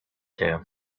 too